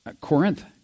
Corinth